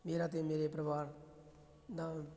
ਮੇਰਾ ਅਤੇ ਮੇਰੇ ਪਰਿਵਾਰ ਨਾਲ